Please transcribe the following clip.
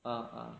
ah ah